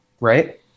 right